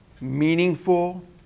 meaningful